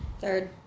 Third